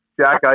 Jack